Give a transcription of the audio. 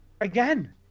Again